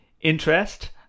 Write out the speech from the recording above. interest